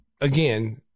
again